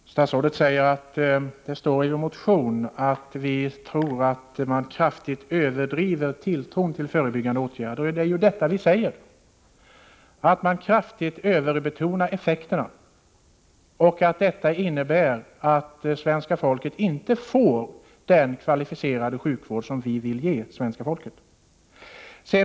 J Herr talman! Statsrådet säger att det står i vår motion att vi tror att man 7 ON hör a AR S a ca Utvecklingslinjer kraftigt överdriver tilltron till förebyggande åtgärder. Det är ju detta vi säger: förhälsooch sjuk att man kraftigt överbetonar effekterna och att det innebär att svenska folket Vården J inte får den kvalificerade sjukvård som vi vill ge svenska folket.